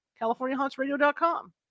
CaliforniaHauntsRadio.com